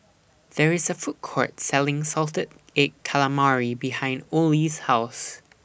There IS A Food Court Selling Salted Egg Calamari behind Ollie's House